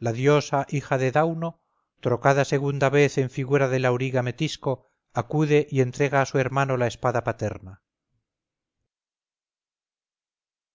la diosa hija de dauno trocada segunda vez en figura del auriga metisco acude y entrega a su hermano la espada paterna